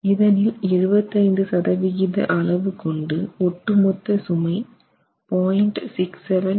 இதனில் 75 சதவிகித அளவு கொண்டு ஒட்டு மொத்த சுமை 0